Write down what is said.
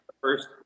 First